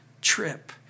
trip